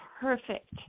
perfect